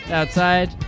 outside